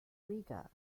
riga